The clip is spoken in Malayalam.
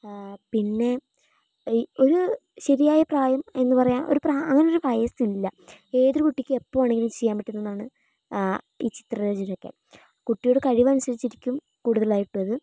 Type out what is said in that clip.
പിന്നെ ഒരു ശരിയായ പ്രായം എന്ന് പറയാൻ അങ്ങനെ ഒരു വയസില്ല ഏതൊരു കുട്ടിക്കും എപ്പോ വേണമെങ്കിലും ചെയ്യാൻ പറ്റുന്ന ഒന്നാണ് ഈ ചിത്ര രചനയൊക്കെ കുട്ടിയുടെ കഴിവ് അനുസരിച്ചിരിക്കും കൂടുതൽ ആയിട്ടുള്ളത്